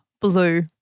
blue